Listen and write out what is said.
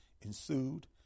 ensued